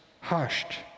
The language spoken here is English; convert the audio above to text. hushed